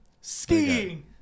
Skiing